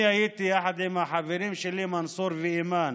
אני הייתי יחד עם החברים שלי מנסור ואיימן